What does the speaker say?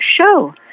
show